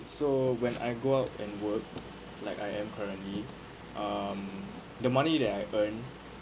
so when I go out and work like I am currently um the money that I earned